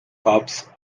corps